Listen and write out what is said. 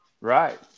right